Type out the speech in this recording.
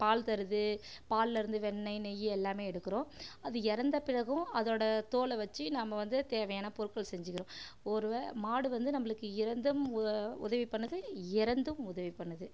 பால் தருது பால்லேருந்து வெண்ணெய் நெய் எல்லாம் எடுக்கிறோம் அது இறந்த பிறகும் அதோடய தோலை வச்சு நம்ம வந்து தேவையான பொருட்கள் செஞ்சுக்கிறோம் ஒரு மாடு வந்து நம்மளுக்கு இருந்தும் உதவி பண்ணுது இறந்தும் உதவி பண்ணுது